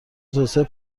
توسعه